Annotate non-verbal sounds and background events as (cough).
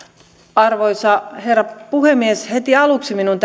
arvoisa herra puhemies heti aluksi minun (unintelligible)